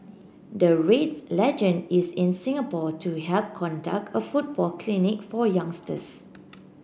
the Reds legend is in Singapore to help conduct a football clinic for youngsters